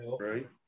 right